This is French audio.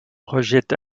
rejette